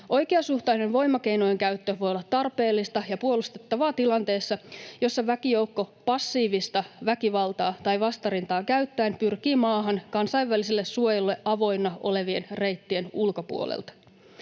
Oikeasuhtainen voimakeinojen käyttö voi olla tarpeellista ja puolustettavaa tilanteessa, jossa väkijoukko passiivista väkivaltaa tai vastarintaa käyttäen pyrkii maahan kansainväliselle suojelulle avoinna olevien reittien ulkopuolelta.